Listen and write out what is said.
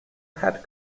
head